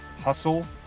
hustle